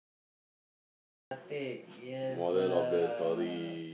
t~ Tan ah teck yes ah